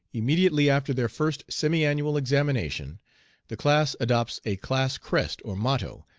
immediately after their first semi-annual examination the class adopts a class crest or motto,